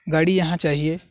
گاڑی یہاں چاہیے